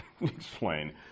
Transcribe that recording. explain